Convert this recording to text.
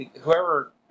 whoever